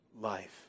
life